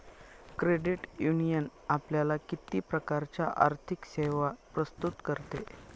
Credit union आपल्याला किती प्रकारच्या आर्थिक सेवा प्रस्तुत करते?